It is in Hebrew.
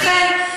לכן,